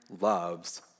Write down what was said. loves